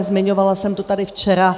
Zmiňovala jsem to tady včera.